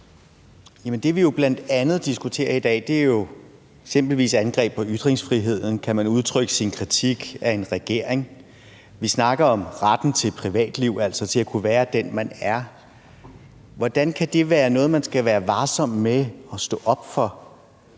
det, vi jo bl.a. diskuterer i dag, er eksempelvis angreb på ytringsfriheden – kan man udtrykke sin kritik af en regering? Vi snakker om retten til privatliv, altså til at kunne være den, man er. Hvordan kan det være noget, man skal være varsom med at stå op for?